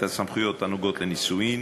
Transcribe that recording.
את הסמכויות הנוגעות לנישואין,